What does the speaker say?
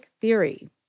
theory